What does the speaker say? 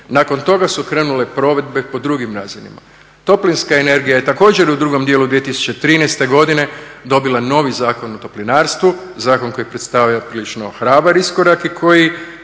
Nakon toga su krenule provedbe po drugim razinama. Toplinska energija je također u drugom dijelu 2013. godine dobila novi Zakon o toplinarstvu, zakon koji predstavlja prilično hrabar iskorak i koji